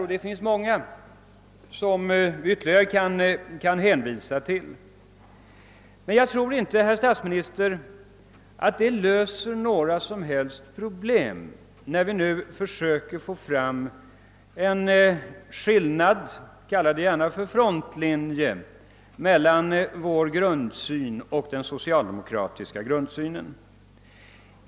Och man skulle kunna hänvisa till många andra. Men jag tror inte, herr statsminister, att det löser några som helst problem när vi nu försöker få fram en skillnad — kalla det gärna för frontlinje — mellan vår grundsyn och den socialdemokratiska grundsynen.